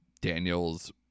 Daniel's